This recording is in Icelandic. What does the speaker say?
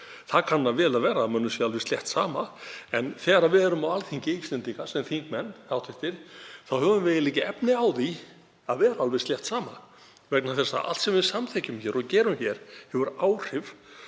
Það kann vel að vera að mönnum sé alveg slétt sama, en þegar við erum á Alþingi Íslendinga sem hv. þingmenn þá höfum við ekki efni á því að vera alveg slétt sama vegna þess að allt sem við samþykkjum hér og gerum hér hefur áhrif.